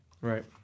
Right